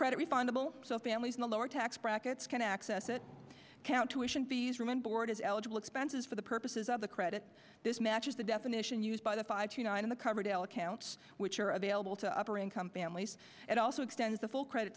credit refundable so families in the lower tax brackets can access it count tuitions these room and board as eligible expenses for the purposes of the credit this matches the definition used by the five to nine in the coverdell accounts which are available to upper income families it also extends the full credit